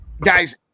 guys